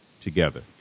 together